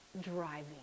driving